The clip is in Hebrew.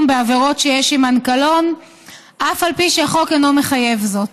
בעבירות שיש עימן קלון אף על פי שהחוק אינו מחייב זאת.